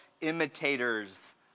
imitators